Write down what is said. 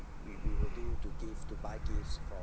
maybe you could do to give to buy those